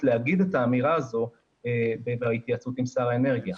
להגיד את האמירה הזו בהתייעצות עם שר האנרגיה.